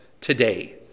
today